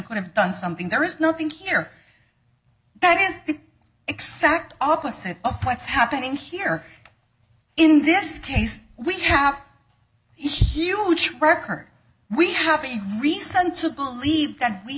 could have done something there is nothing here that is the exact opposite of what's happening here in this case we have huge prayer current we have a reason to believe that we